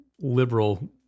liberal